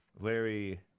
Larry